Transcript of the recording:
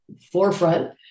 forefront